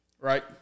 Right